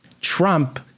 Trump